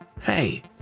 Hey